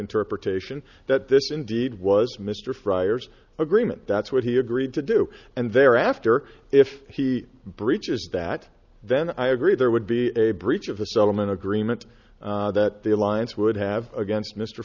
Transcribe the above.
interpretation that this indeed was mr fryers agreement that's what he agreed to do and thereafter if he breaches that then i agree there would be a breach of the settlement agreement that the alliance would have against mr